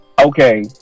Okay